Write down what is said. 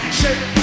shake